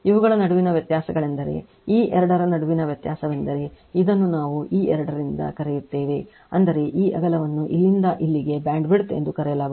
ಇವುಗಳ ನಡುವಿನ ವ್ಯತ್ಯಾಸವೆಂದರೆ ಈ ಎರಡರ ನಡುವಿನ ವ್ಯತ್ಯಾಸವೆಂದರೆ ಇದನ್ನು ನಾವು ಈ ಎರಡರಿಂದ ಕರೆಯುತ್ತೇವೆ ಅಂದರೆ ಈ ಅಗಲವನ್ನು ಇಲ್ಲಿಂದ ಇಲ್ಲಿಗೆ ಬ್ಯಾಂಡ್ವಿಡ್ತ್ ಎಂದು ಕರೆಯಲಾಗುತ್ತದೆ